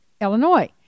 Illinois